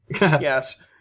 Yes